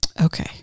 Okay